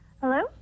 Hello